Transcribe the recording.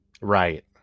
right